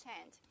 change